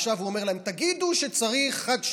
עכשיו הוא אומר להם: תגידו שצריך חד-שנתי.